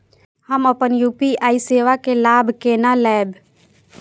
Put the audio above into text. हम अपन यू.पी.आई सेवा के लाभ केना लैब?